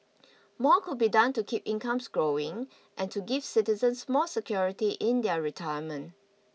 more could be done to keep incomes growing and to give citizens more security in their retirement